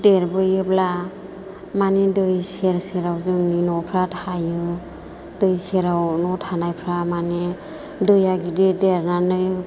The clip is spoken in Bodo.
देरबोयोब्ला माने दै सेर सेराव जोंनि न'फोरा थायो दै सेराव न' थानायफोरा माने दैआ गिदिर देरनानै